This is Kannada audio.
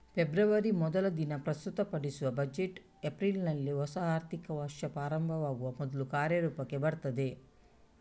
ಫೆಬ್ರವರಿ ಮೊದಲ ದಿನ ಪ್ರಸ್ತುತಪಡಿಸುವ ಬಜೆಟ್ ಏಪ್ರಿಲಿನಲ್ಲಿ ಹೊಸ ಆರ್ಥಿಕ ವರ್ಷ ಪ್ರಾರಂಭವಾಗುವ ಮೊದ್ಲು ಕಾರ್ಯರೂಪಕ್ಕೆ ಬರ್ತದೆ